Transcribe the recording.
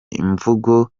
imvugo